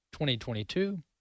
2022